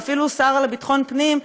ואפילו השר לביטחון פנים,